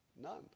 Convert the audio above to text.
None